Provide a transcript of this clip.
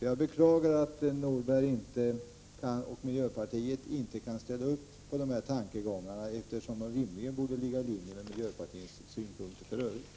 Jag beklagar att Lars Norberg och miljöpartiet inte kan ställa upp på de här tankegångarna, fastän de rimligen borde ligga i linje med miljöpartiets synpunkter i övrigt.